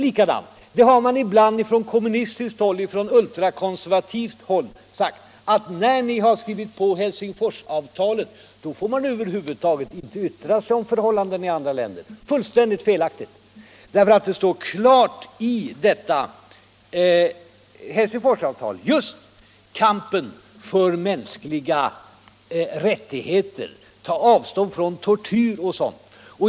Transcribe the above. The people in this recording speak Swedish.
Man har ibland från kommunistiskt och från ultrakonservativt håll sagt precis som herr Burenstam Linder gör nu: När ni har skrivit på Helsingforsavtalet får man över huvud taget inte yttra sig om förhållandena i andra länder. Det är fullständigt felaktigt. Det står klart i detta Helsingforsavtal just om kampen för mänskliga rättigheter, om att ta avstånd från tortyr och sådant.